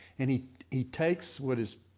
and he. he takes what is.